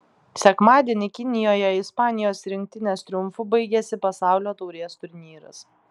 sekmadienį kinijoje ispanijos rinktinės triumfu baigėsi pasaulio taurės turnyras